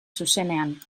zuzenean